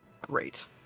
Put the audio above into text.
Great